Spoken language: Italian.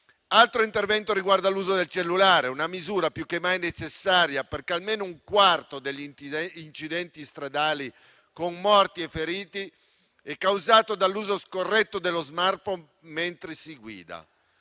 Altro intervento riguarda l'uso del cellulare, una misura più che mai necessaria, perché almeno un quarto degli incidenti stradali con morti e feriti è causato dall'uso scorretto dello *smartphone* mentre si guida.